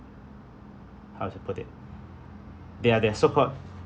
how to put it they are they are so-called